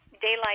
daylight